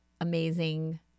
amazing